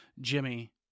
Jimmy